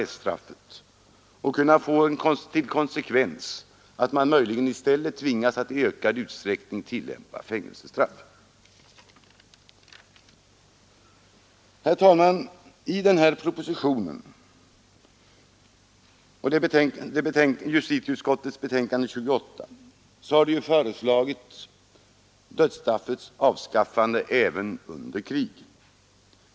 Ett avskaffande av straffet skulle möjligen kunna få till konsekvens att man i Torsdagsniden E. : ag Ua An a 14 december 1972 stället tvingas att i ökad utsträckning tillämpa fängelsestraff. Sv RNERS Herr talman! I propositionen 138 och i justitieutskottets betänkande Militära straff nr 28 har förslag framlagts om dödsstraffets avskaffande även under krig.